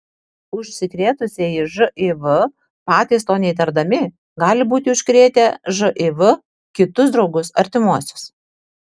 užsikrėtusieji živ patys to neįtardami gali būti užkrėtę živ kitus draugus ir artimuosius